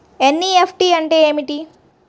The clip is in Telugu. ఎన్.ఈ.ఎఫ్.టీ అంటే ఏమిటి?